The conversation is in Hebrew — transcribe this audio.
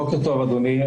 בוקר טוב, אדוני.